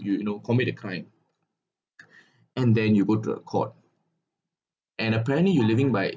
you know commit the crime and then you go to a court and apparently you living by